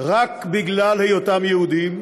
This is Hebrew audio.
רק בגלל היותם יהודים,